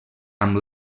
amb